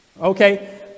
Okay